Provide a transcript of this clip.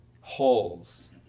holes